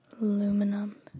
aluminum